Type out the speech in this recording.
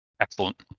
Excellent